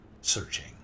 Searching